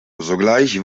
sogleich